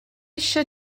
eisiau